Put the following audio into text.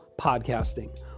podcasting